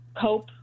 cope